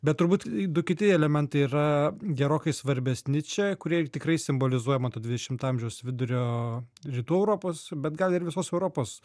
bet turbūt du kiti elementai yra gerokai svarbesni čia kurie ir tikrai simbolizuoja man atrodo dvidešimto amžiaus vidurio rytų europos bet gal ir visos europos